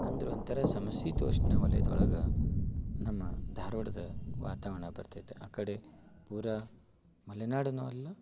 ಅಂದ್ರೆ ಒಂಥರ ಸಮಶೀತೋಷ್ಣ ವಲಯದೊಳಗೆ ನಮ್ಮ ಧಾರವಾಡದ ವಾತಾವರಣ ಬರ್ತೈತೆ ಆ ಕಡೆ ಪೂರಾ ಮಲೆನಾಡೂನು ಅಲ್ಲ